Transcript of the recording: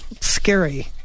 scary